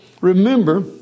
remember